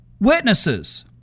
witnesses